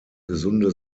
gesunde